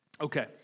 Okay